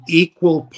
equal